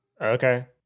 Okay